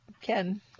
Ken